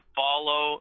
follow